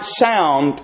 sound